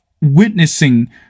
witnessing